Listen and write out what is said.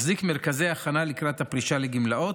מחזיק מרכזי הכנה לקראת הפרישה לגמלאות.